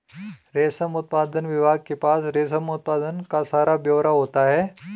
रेशम उत्पादन विभाग के पास रेशम उत्पादन का सारा ब्यौरा होता है